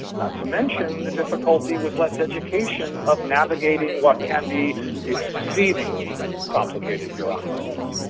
not to mention the difficulty with less education of navigating what can be exceedingly complicated bureaucracies.